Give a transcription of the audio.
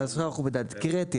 הקראתי,